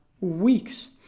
weeks